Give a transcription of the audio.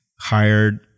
hired